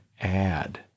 add